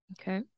okay